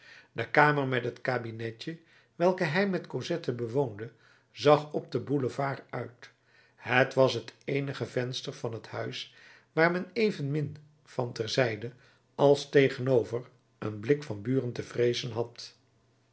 de kamer met het kabinetje welke hij met cosette bewoonde zag op den boulevard uit het was het eenige venster van het huis waar men evenmin van ter zijde als tegenover een blik van buren te vreezen had